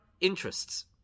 interests